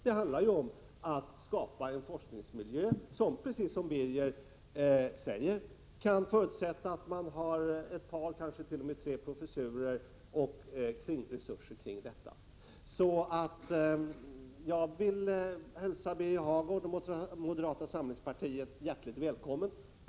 Det handlar om att skapa en forskningsmiljö som, precis som Birger Hagård säger, förutsätter ett par tre professurer och kringresurser till dessa. Jag vill hälsa Birger Hagård och moderata samlingspartiet hjärtligt välkomna till vår ståndpunkt.